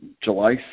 July